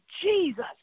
Jesus